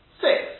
Six